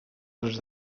les